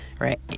right